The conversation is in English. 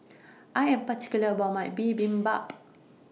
I Am particular about My Bibimbap